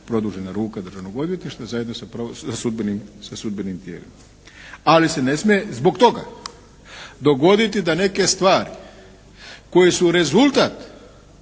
produžena ruka Državnog odvjetništva zajedno sa pravosudnim, sa sudbenim tijelima. Ali se ne smije zbog toga dogoditi da neke stvari koje su rezultat